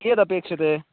कियदपेक्षते